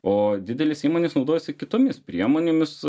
o didelės įmonės naudojasi kitomis priemonėmis